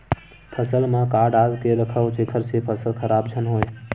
फसल म का डाल के रखव जेखर से फसल खराब झन हो?